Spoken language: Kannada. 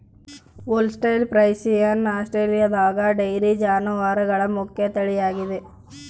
ಹೋಲ್ಸ್ಟೈನ್ ಫ್ರೈಸಿಯನ್ ಆಸ್ಟ್ರೇಲಿಯಾದಗ ಡೈರಿ ಜಾನುವಾರುಗಳ ಮುಖ್ಯ ತಳಿಯಾಗಿದೆ